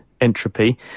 entropy